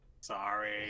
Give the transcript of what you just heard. Sorry